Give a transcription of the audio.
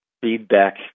feedback